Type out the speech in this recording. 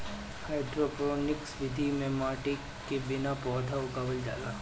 hydroponics विधि में माटी के बिना पौधा उगावल जाला